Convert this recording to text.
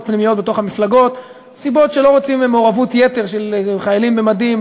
פנימיות בתוך המפלגות מסיבות שלא רוצים מעורבות-יתר של חיילים במדים,